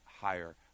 higher